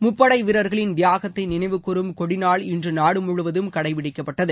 முப்படை வீரர்களின் தியாகத்தை நினைவுகூரும் கொடிநாள் இன்று நாடு முழுவதும் கடைபிடிக்கப்பட்டது